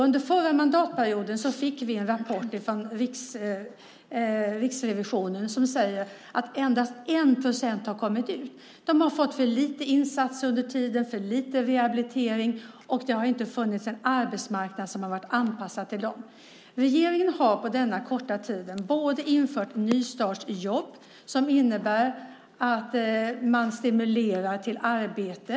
Under förra mandatperioden fick vi en rapport från Riksrevisionen där man säger att endast 1 procent har kommit ut. De har fått för lite insatser under tiden och för lite rehabilitering, och en arbetsmarknad som varit anpassad till dem har inte funnits. Regeringen har på denna korta tid infört nystartsjobb som innebär att man stimulerar till arbete.